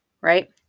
Right